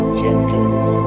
gentleness